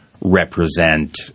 represent